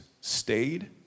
stayed